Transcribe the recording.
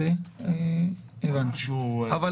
מה